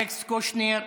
אלכס קושניר,